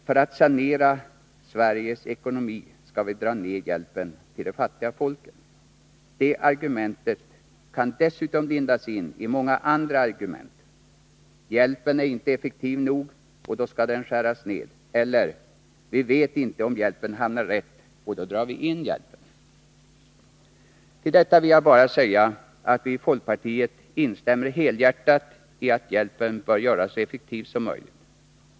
”För att sanera Sveriges ekonomi skall vi dra ned hjälpen till de fattiga folken.” Det argumentet kan dessutom lindas in i många andra argument: ”Hjälpen är inte effektiv nog och då skall den skäras ned” eller ”Vi vet inte om hjälpen hamnar rätt och då drar vi in hjälpen”. Till detta vill jag bara säga, att vi i folkpartiet instämmer helhjärtat i att hjälpen bör göras så effektiv som möjligt.